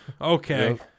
Okay